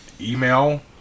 email